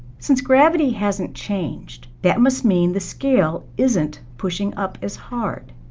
since gravity hasn't changed, that must mean the scale isn't pushing up as hard.